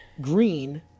Green